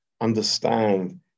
understand